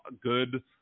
good